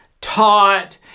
taught